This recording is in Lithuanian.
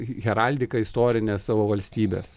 heraldiką istorinę savo valstybės